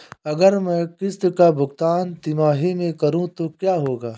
अगर मैं किश्त का भुगतान तिमाही में करूं तो क्या होगा?